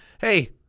hey